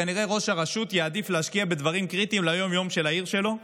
כנראה ראש הרשות יעדיף להשקיע בדברים קריטיים ליום-יום של העיר שלו.